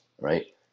Right